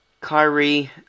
Kyrie